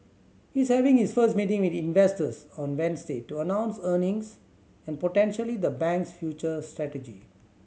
he's having his first meeting with investors on Wednesday to announce earnings and potentially the bank's future strategy